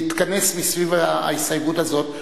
להתכנס סביב ההסתייגות הזאת,